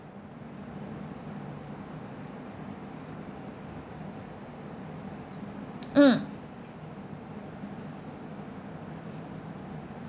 mm